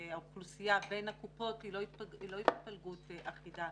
האוכלוסייה בין הקופות היא לא התפלגות אחידה.